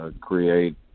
create